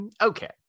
Okay